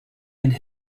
and